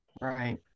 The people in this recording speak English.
Right